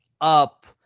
up